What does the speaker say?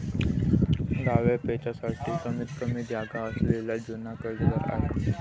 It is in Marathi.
डावपेचांसाठी कमीतकमी जागा असलेला जुना कर्जदार आहे